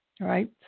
right